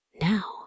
now